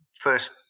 first